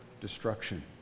destruction